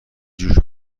جوش